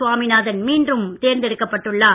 சுவாமிநாதன் மீண்டும் தேர்ந்தெடுக்கப்பட்டு உள்ளார்